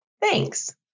Thanks